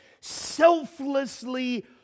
selflessly